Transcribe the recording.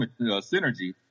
synergy